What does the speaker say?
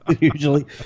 usually